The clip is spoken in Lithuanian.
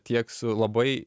tiek su labai